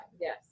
Yes